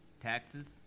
taxes